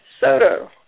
Soto